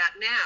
now